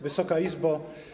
Wysoka Izbo!